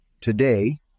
today